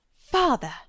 Father